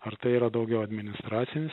ar tai yra daugiau administracinis